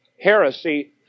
heresy